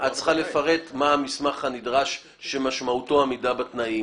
את צריכה לפרט מה המסמך הנדרש שמשמעותו עמידה בתנאים.